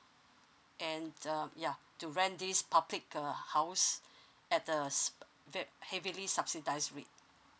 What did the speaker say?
and the ya to rent this public uh house at the s~ heavily subsidised week